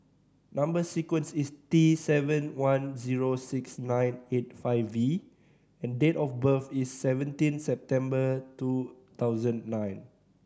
number sequence is T seven one zero six nine eight five V and date of birth is seventeen September two thousand and nine